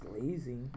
lazy